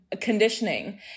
conditioning